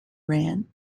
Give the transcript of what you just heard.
ran